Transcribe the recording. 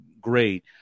Great